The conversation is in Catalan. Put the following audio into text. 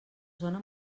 zona